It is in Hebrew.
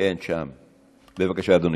בבקשה, אדוני.